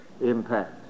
impact